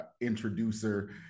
introducer